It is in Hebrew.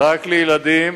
רק לילדים.